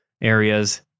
areas